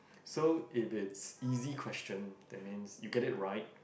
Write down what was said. so if it's easy question that means you get it right